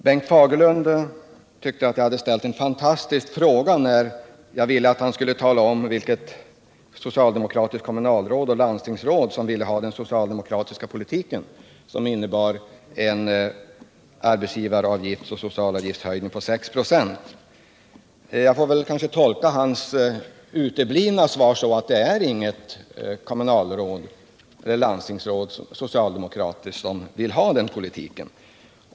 Bengt Fagerlund tyckte att jag hade ställt en fantastisk fråga när jag ville att han skulle tala om vilka socialdemokratiska kommunalråd och landstingsråd som ville ha den socialdemokratiska politiken, som innebär arbetsgivaravgiftsoch socialavgiftshöjning på ytterligare 6 96. Jag får väl tolka hans uteblivna svar så att det inte är något socialdemokratiskt kommunalråd eller landstingsråd som vill ha den politiken.